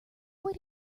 would